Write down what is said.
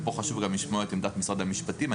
ופה חשוב לשמוע גם את עמדת משרד המשפטים.